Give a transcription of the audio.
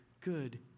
good